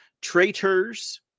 traitors